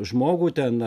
žmogų ten